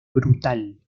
brutal